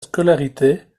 scolarité